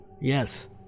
Yes